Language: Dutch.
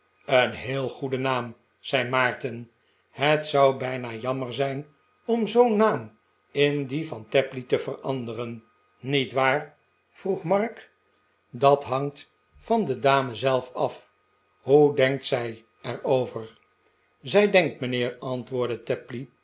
een heel goede naam zei maarten het zou bijna jammer zijn om zoo'n naam in dien van tapley te veranderen niet waar vroeg mark dat hangt van de dame zelf af hoe denkt zij er over zij denkt mijnheer antwoordde